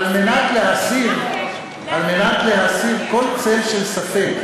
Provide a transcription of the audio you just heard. על מנת להסיר כל צל של ספק,